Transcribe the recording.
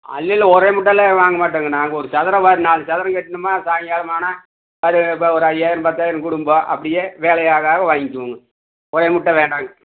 ஆ இல்லை இல்லை ஒரேமூட்டாலாம் வாங்க மாட்டங்க நாங்கள் ஒரு சதுரம் வா நாலு சதுரம் கட்டுனோன்னா சாய்ங்காலமானால் அது ஒரு இப்போ ஒரு ஐயாயிரம் பத்தாயிரம் கொடுங்கோ அப்படியே வேலை ஆக ஆக வாங்கிக்குவோங்க ஒரே மூட்டாக வேண்டாம்ங்க